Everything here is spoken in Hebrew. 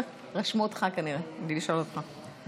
רשמו אותך, כנראה, בלי לשאול אותך.